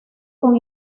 con